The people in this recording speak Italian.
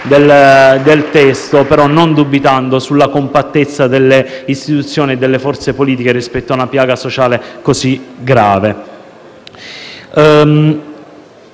infatti, non dubito della compattezza delle istituzioni e delle forze politiche rispetto a una piaga sociale così grave.